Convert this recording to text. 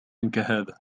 كهذا